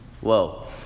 Whoa